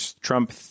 Trump